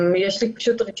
ועוד מקרים רבים.